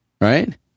Right